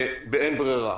באין ברירה.